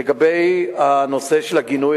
לגבי הנושא של הגינוי,